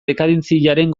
dekadentziaren